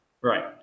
right